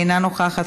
אינה נוכחת.